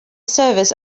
service